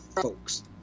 folks